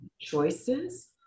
choices